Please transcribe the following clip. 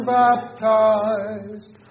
baptized